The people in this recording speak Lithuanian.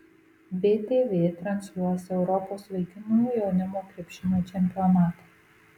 btv transliuos europos vaikinų jaunimo krepšinio čempionatą